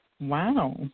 wow